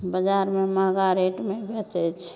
बजारमे महगा रेटमे बेचैत छै